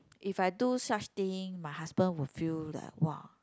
if I do such thing my husband will feel like [wah]